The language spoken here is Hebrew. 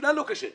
צריכים